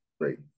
great